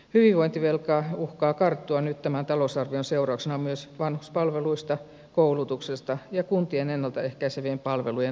hyvinvointivelkaa uhkaa karttua nyt tämän talousarvion seurauksena myös vanhuspalveluista koulutuksesta ja kuntien ennalta ehkäisevien palvelujen leikkauksista